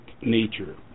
nature